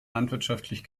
landwirtschaftlich